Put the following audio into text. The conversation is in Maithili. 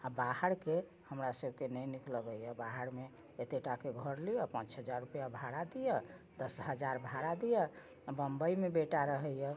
आ बाहरके हमरा सबकेँ नहि नीक लगैया बाहरमे एतेटाके घर लिअ आ पांँच हजार रुपआ भाड़ा दिअ दश हजार भाड़ा दिअ आ बम्बइमे बेटा रहैया